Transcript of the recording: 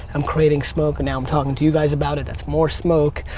i'm creating smoke and now i'm talking to you guys about it. that's more smoke.